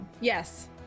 yes